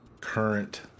current